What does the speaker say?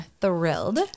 thrilled